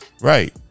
Right